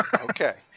Okay